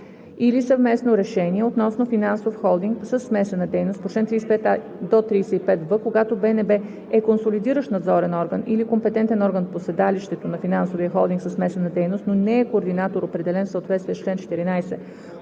или съвместно решение относно финансов холдинг със смесена дейност по чл. 35а – 35в, когато БНБ е консолидиращ надзорен орган или компетентен орган по седалището на финансовия холдинг със смесена дейност, но не е координатор, определен в съответствие с чл. 14